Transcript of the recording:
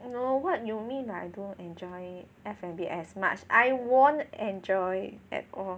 no what you mean I don't enjoy F&B as much I won't enjoy at all